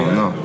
no